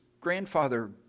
grandfather